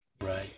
Right